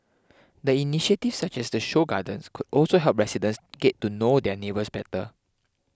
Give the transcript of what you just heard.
the initiatives such as the show gardens could also help residents get to know their neighbours better